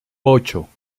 ocho